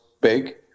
big